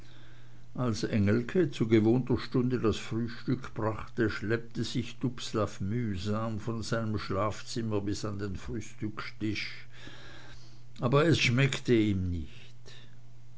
als engelke zu gewohnter stunde das frühstück brachte schleppte sich dubslav mühsamlich von seinem schlafzimmer bis an den frühstückstisch aber es schmeckte ihm nicht